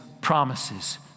promises